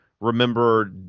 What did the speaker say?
remember